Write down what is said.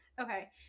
Okay